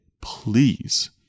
Please